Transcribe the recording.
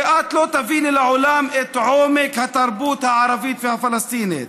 כי את לא תביני לעולם את עומק התרבות הערבית והפלסטינית,